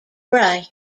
bray